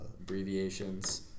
abbreviations